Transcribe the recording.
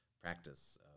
practice